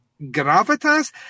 gravitas